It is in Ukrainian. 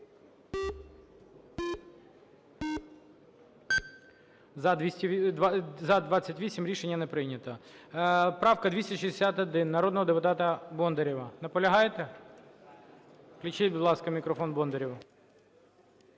За-28 Рішення не прийнято. Правка 261, народного депутата Бондарєва. Наполягаєте? Включіть, будь ласка, мікрофон Бондарєву.